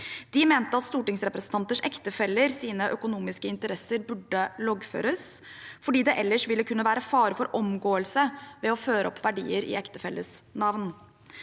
De mente at stortingsrepresentanters ektefellers økonomiske interesser burde loggføres, fordi det ellers ville kunne være fare for omgåelse ved å føre opp verdier i ektefelles navn.